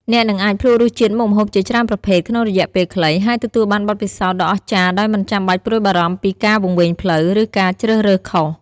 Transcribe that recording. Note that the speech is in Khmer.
អ្នកនឹងអាចភ្លក្សរសជាតិមុខម្ហូបជាច្រើនប្រភេទក្នុងរយៈពេលខ្លី ហើយទទួលបានបទពិសោធន៍ដ៏អស្ចារ្យដោយមិនចាំបាច់ព្រួយបារម្ភពីការវង្វេងផ្លូវ ឬការជ្រើសរើសខុស។